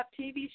TV